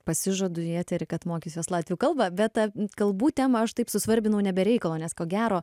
pasižadu į eterį kad mokysiuos latvių kalbą bet ta kalbų temą aš taip susvarbinau ne be reikalo nes ko gero